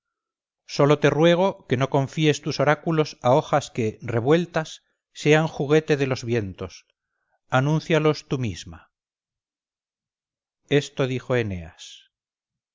sólo te ruego que no confíes tus oráculos a hojas que revueltas sean juguete de los vientos anúncialos tú misma esto dijo eneas